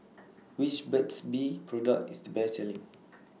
Which Burt's Bee Product IS The Best Selling